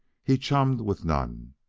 he chummed with none,